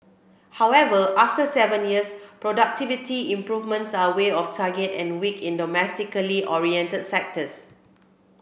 however after seven years productivity improvements are way off target and weak in domestically oriented sectors